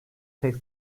tek